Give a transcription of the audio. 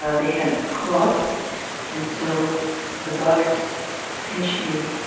ah they had claws and so the bugs pinched me